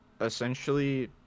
essentially